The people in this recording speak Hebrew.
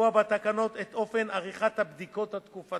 לקבוע בתקנות את אופן עריכת הבדיקות התקופתיות,